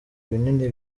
binini